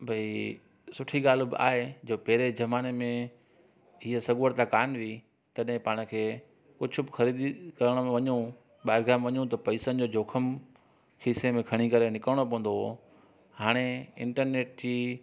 भाई सुठी ॻाल्हि बि आहे जो पहिरें ज़माने में हीअ सगवरता कानि हुई तॾहिं पाण खे कुझु बि ख़रीदी करण वञू ॿाजारि वञू त पैसनि जो जोखम ख़ीसे में खणी करे निकिरणो पवंदो हो हाणे इंटरनेट जी